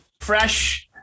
fresh